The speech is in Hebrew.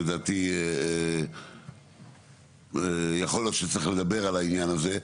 לדעתי יכול להיות שצריך לדבר על העניין הזה,